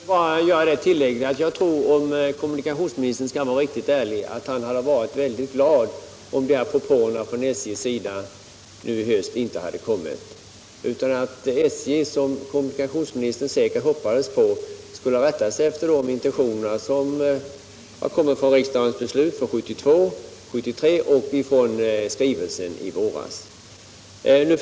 Herr talman! Jag vill bara göra det tillägget, att jag tror att kommunikationsministern ärligt talat skulle ha varit väldigt glad, om de här propåerna från SJ nu i höst inte hade kommit. Säkert hoppades han Nu försöker kommunikationsministern — och det må vara honom för Torsdagen den låtet — hoppas det bästa av den här situationen.